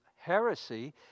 heresy